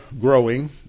growing